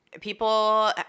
people